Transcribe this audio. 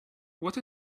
what